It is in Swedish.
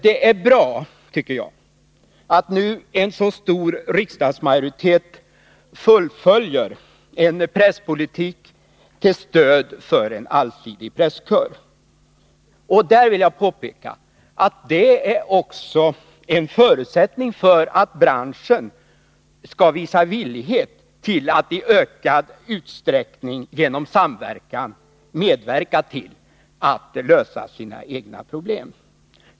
Det är bra, tycker jag, att en så stor riksdagsmajoritet nu fullföljer en presspolitik till stöd för en allsidig presskör. I det sammanhanget vill jag påpeka att detta också är en förutsättning för att branschen skall visa villighet till att i ökad utsträckning genom samverkan medverka till att lösa sina egna problem.